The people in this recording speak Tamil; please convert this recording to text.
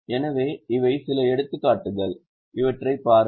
எனவே இவை சில எடுத்துக்காட்டுகள் அவற்றைப் பாருங்கள்